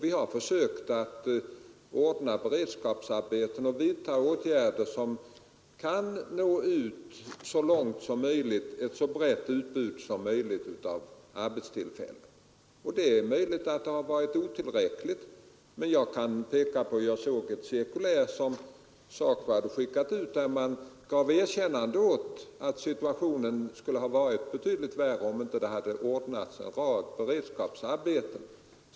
Vi har försökt att ordna beredskapsarbeten och vidta åtgärder som kan nå så långt ut som möjligt och skapa ett så brett utbud som möjligt av arbetstillfällen. Det är möjligt att detta har varit otillräckligt, men jag såg ett cirkulär som SACO hade skickat ut där man gav sitt erkännande åt dessa åtgärder och påpekade att situationen skulle ha varit betydligt värre om det inte ordnats en rad beredskapsarbeten.